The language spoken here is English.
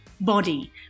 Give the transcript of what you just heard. body